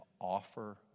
offer